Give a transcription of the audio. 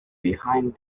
behind